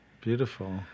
Beautiful